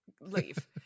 leave